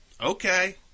okay